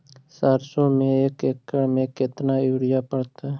सरसों में एक एकड़ मे केतना युरिया पड़तै?